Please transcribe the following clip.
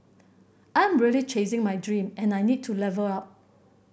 I am really chasing my dream and I need to level up